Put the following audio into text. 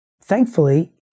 thankfully